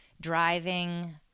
driving